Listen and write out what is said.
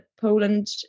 Poland